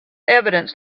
evident